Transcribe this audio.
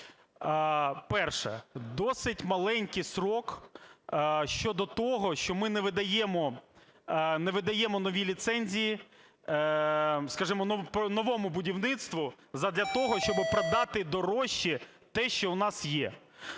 Перше. Досить маленький строк щодо того, що ми не видаємо нові ліцензії, скажімо, новому будівництву задля того, щоб продати дорожче те, що в нас є.